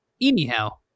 anyhow